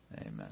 amen